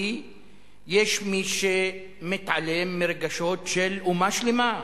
כי יש מי שמתעלם מרגשות של אומה שלמה,